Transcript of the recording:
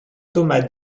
thomas